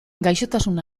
gaixotasun